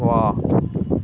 ವಾಹ್